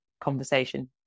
conversation